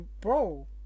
bro